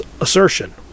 assertion